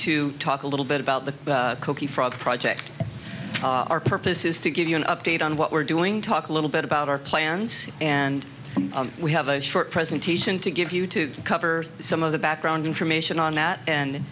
to talk a little bit about the kochi frog project our purpose is to give you an update on what we're doing talk a little bit about our plans and we have a short presentation to give you to cover some of the background information on that and